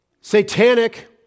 satanic